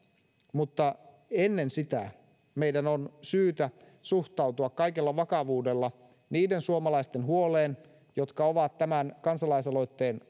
mutta ennen sitä meidän on syytä suhtautua kaikella vakavuudella niiden suomalaisten huoleen jotka ovat tämän kansalaisaloitteen